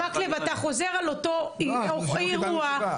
אתה חוזר על אותו אירוע --- לא קיבלנו תשובה.